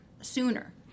sooner